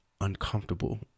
uncomfortable